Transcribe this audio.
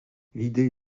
l’idée